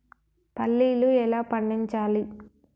పల్లీలు ఎలా పండించాలి?